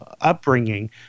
upbringing